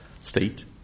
state